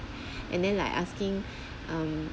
and like asking um